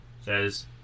Says